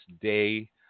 Day